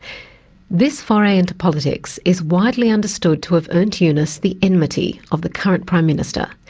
this foray into politics is widely understood to have earnt yunus the enmity of the current prime minister,